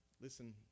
Listen